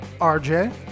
RJ